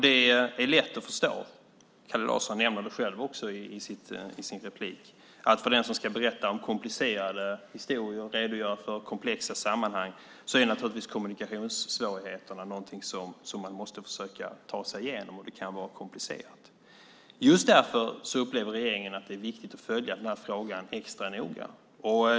Det är lätt att förstå - Kalle Larsson nämner det själv i sitt inlägg - att för den som ska berätta om komplicerade historier och redogöra för komplexa sammanhang är naturligtvis kommunikationssvårigheterna någonting som man måste försöka ta sig igenom, och det kan vara komplicerat. Just därför upplever regeringen att det är viktigt att följa den här frågan extra noga.